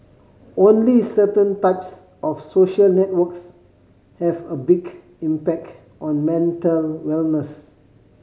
only certain types of social networks have a big impact on mental wellness